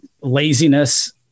laziness